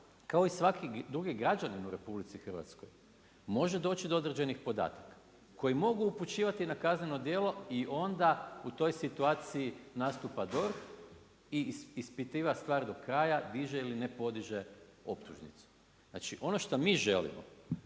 kao i svaki drugi građanin u RH može doći do određenih podataka koji mogu upućivati na kazneno djelo i onda u toj situaciji nastupa DORH i ispituje stvar do kraja, diže ili ne podiže optužnicu. Znači, ono što mi želimo